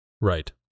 Right